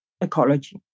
ecology